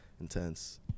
intense